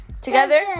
Together